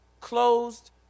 closed